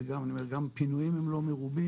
גם הפינויים הם לא מרובים,